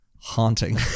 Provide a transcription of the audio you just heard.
Haunting